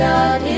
God